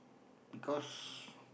because